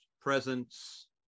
presence